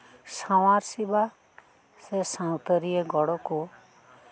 ᱥᱟᱶᱟᱨ ᱥᱮᱵᱟ ᱥᱮ ᱥᱟᱶᱛᱟᱨᱤᱭᱟᱹ ᱜᱚᱲᱚ ᱠᱚ